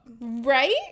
Right